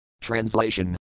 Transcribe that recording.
Translation